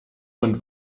und